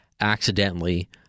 accidentally